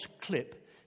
clip